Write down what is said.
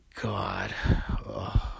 God